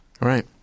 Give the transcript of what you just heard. Right